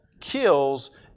kills